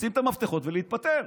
לשים את המפתחות ולהתפטר.